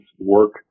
work